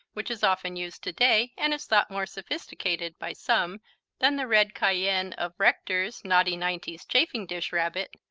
which is often used today and is thought more sophisticated by some than the red cayenne of rector's naughty nineties chafing dish rabbit,